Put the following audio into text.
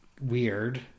weird